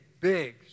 big